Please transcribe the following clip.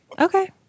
Okay